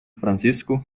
francisco